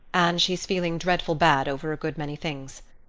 anne, she's feeling dreadful bad over a good many things.